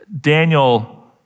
Daniel